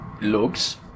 looks